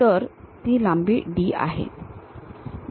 तर ती लांबी D आहे